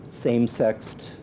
Same-sexed